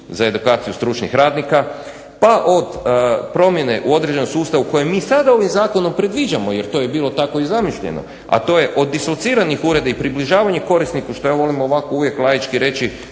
za edukaciju stručnih radnika, pa od promjene u određenom sustavu koje mi sada ovim zakonom predviđamo jer to je bilo tako i zamišljeno, a to je od dislociranih ureda i približavanje korisniku što ja volim ovako uvijek laički reći